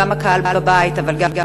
גם הקהל בבית אבל גם,